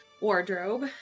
wardrobe